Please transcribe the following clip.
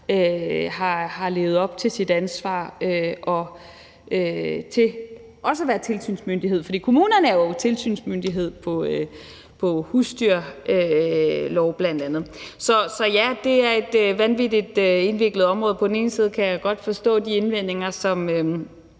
har levet op til sit ansvar om også at være tilsynsmyndighed, for kommunerne er jo tilsynsmyndighed i forhold til bl.a. husdyrloven? Så ja, det er et vanvittigt indviklet område. På den ene side kan jeg godt forstå de indvendinger, som